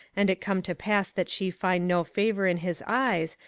and it come to pass that she find no favour in his eyes,